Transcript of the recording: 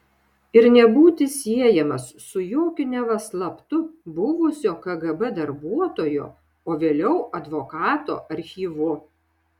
ir nebūti siejamas su jokiu neva slaptu buvusio kgb darbuotojo o vėliau advokato archyvu